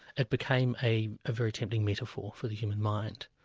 it became a very tempting metaphor for the human mind.